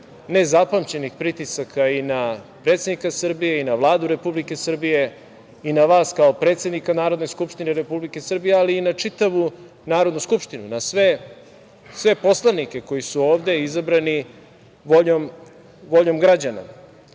nezapamćenih pritisaka i na predsednika Srbije i na Vladu Republike Srbije i na vas kao predsednika Narodne skupštine Republike Srbije, ali i na čitavu Narodnu skupštinu, na sve poslanike koji su ove izabrani voljom